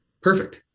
perfect